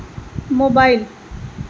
mobile